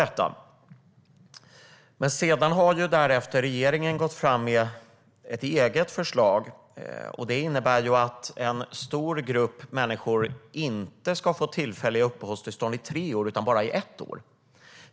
Därefter har dock regeringen gått fram med ett eget förslag som innebär att en stor grupp människor inte ska få tillfälliga uppehållstillstånd i tre år utan bara i ett år.